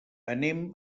anem